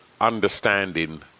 understanding